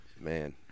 Man